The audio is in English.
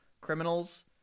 criminals